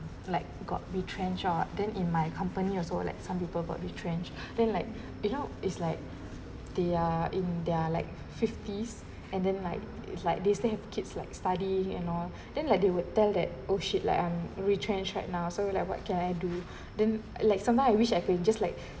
like got retrenched then in my company also like some people got retrenched then like you know is like they are in their like fifties and then like it's like they still have kids like study and all then like they would tell that oh shit like I'm retrenched right now so like what can I do then like sometime I wish I can just like